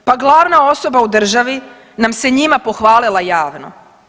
Pa glavna osoba u državi nam se njima pohvalila javno.